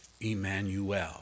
Emmanuel